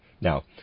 Now